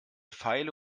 feile